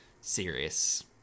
serious